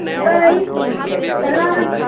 तड़का rice सलाद